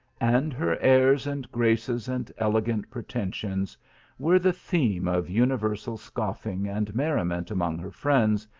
and her airs and graces and elegant pretensions were the theme of universal scoffing and merriment among her friends,